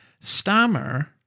Stammer